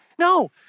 No